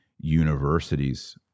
universities